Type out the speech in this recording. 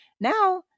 Now